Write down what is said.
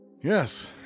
Yes